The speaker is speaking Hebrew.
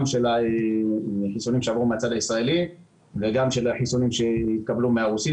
גם של החיסונים שעברו מהצד הישראלי וגם של החיסונים שהתקבלו מהרוסים,